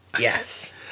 Yes